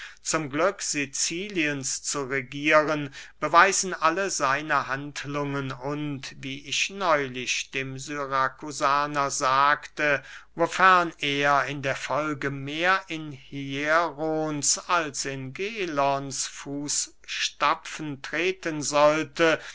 zum glück siciliens zu regieren beweisen alle seine handlungen und wie ich neulich dem syrakusaner sagte wofern er in der folge mehr in hierons als in gelons fußstapfen treten sollte